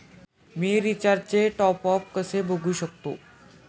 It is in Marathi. मी रिचार्जचे टॉपअप कसे बघू शकतो?